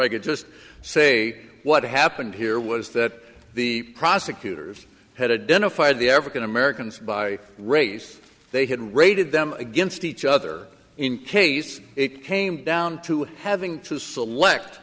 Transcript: i could just say what happened here was that the prosecutors had a dinner if i had the african americans by race they had rated them against each other in case it came down to having to select